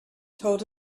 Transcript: told